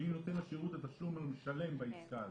שהיא נותן שירות התשלום למשלם בעסקה הזו,